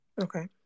Okay